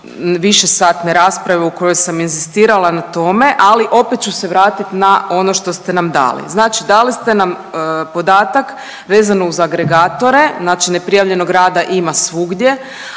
višesatne rasprave u kojoj sam inzistirala na tome, ali opet ću se vratit na ono što ste nam dali. Znači dali ste nam podatak vezano uz agregatore, znači neprijavljenog rada ima svugdje,